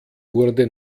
wurde